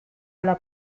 alla